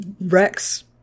Rex